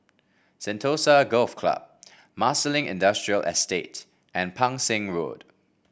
Sentosa Golf Club Marsiling Industrial Estate and Pang Seng Road